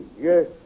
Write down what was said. Yes